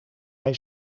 hij